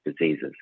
diseases